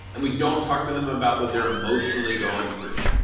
and we don't talk to them about what they're emotionally going through.